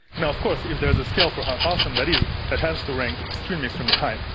now of course, if there's a scale for how awesome that is, that has to rank extremely, extremely high.